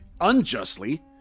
unjustly